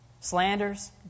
slanders